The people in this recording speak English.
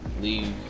leave